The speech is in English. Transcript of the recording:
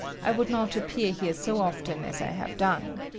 i would not appear here so often as i have done.